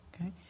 Okay